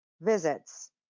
visits